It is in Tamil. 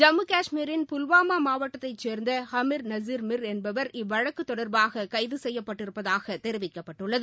ஜம்மு காஷ்மீரின் புல்வாமா மாவட்டத்தை சேர்ந்த ஹமீர நசீர மிர் என்பவர் இவ்வழக்கு தொடர்பாக கைது செய்யப்பட்டிருப்பதாக தெரிவிக்கப்பட்டுள்ளது